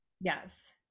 Yes